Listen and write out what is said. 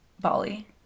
Bali